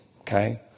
okay